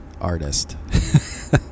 artist